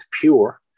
pure